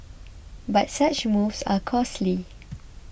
but such moves are costly